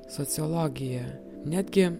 sociologija netgi